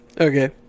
Okay